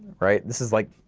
right, this is like,